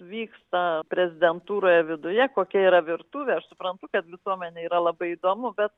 vyksta prezidentūroje viduje kokia yra virtuvė aš suprantu kad visuomenei yra labai įdomu bet